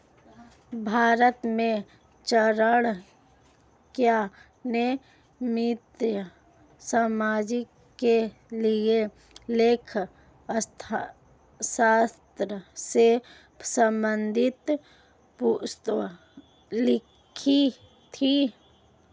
भारत में चाणक्य ने मौर्य साम्राज्य के लिए लेखा शास्त्र से संबंधित पुस्तक लिखी थी